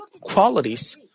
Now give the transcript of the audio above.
qualities